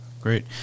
Great